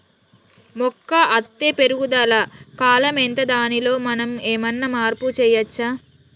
మొక్క అత్తే పెరుగుదల కాలం ఎంత దానిలో మనం ఏమన్నా మార్పు చేయచ్చా?